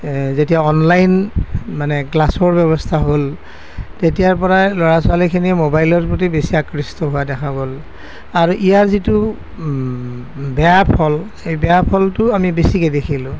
যেতিয়া অনলাইন মানে ক্লাছৰ ব্যৱস্থা হ'ল তেতিয়াৰ পৰাই ল'ৰা ছোৱালীখিনিৰ মোবাইলৰ প্ৰতি বেছি আকৃষ্ট হোৱা দেখা গ'ল আৰু ইয়াৰ যিটো বেয়া ফল সেই বেয়া ফলটো আমি বেছিকৈ দেখিলোঁ